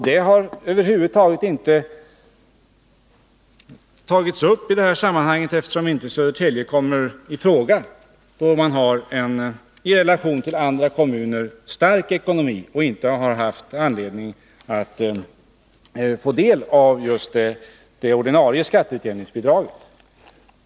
Detta har över huvud taget inte tagits upp i det här sammanhanget, eftersom Södertälje inte kommer i fråga. Södertälje har nämligen i förhållande till andra kommuner en stark ekonomi och har därför inte kunnat få del av det ordinarie skatteutjämningsbidraget.